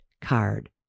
card